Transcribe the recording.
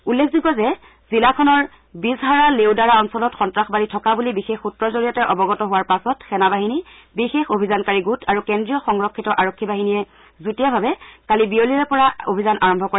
উল্লেখযোগ্য যে জিলাখনৰ ৰিবজহাৰা লেউদাৰা অঞ্চলত সন্ত্ৰাসবাদী থকা বুলি বিশেষ সূত্ৰৰ জৰিয়তে অৱগত হোৱাৰ পাছত সেনাবাহিনী বিশেষ অভিযানকাৰী গোট আৰু কেন্দ্ৰীয় সংৰক্ষিত আৰক্ষী বাহিনীয়ে যুটীয়াভাৱে কালি বিয়লিৰ পৰা অভিযান আৰম্ভ কৰে